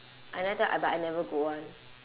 I never tell but I never go one